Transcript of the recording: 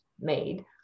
made